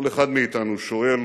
כל אחד מאתנו שואל